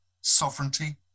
sovereignty